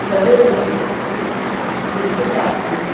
सर्वे वयं संस्कृतार्थं